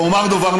ואומר דבר נוסף: